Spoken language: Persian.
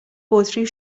بطری